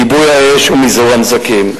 כיבוי האש ומזעור הנזקים.